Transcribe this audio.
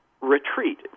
retreat